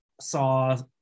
saw